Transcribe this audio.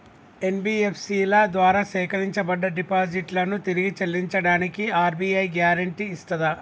NBFC ల ద్వారా సేకరించబడ్డ డిపాజిట్లను తిరిగి చెల్లించడానికి ఆర్.బి.ఐ గ్యారెంటీ ఇస్తదా?